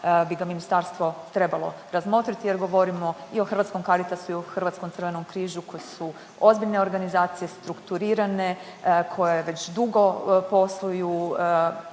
bi ga ministarstvo trebalo razmotriti jer govorimo i o Hrvatskom Caritasu i o Hrvatskom Crvenom križu koji su ozbiljne organizacije, strukturirane koje već dugo posluju